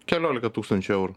keliolika tūkstančių eurų